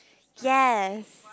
yes